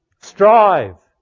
Strive